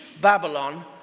Babylon